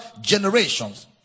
generations